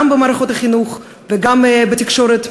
גם במערכות החינוך וגם בתקשורת,